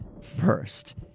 first